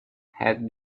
had